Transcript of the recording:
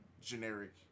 generic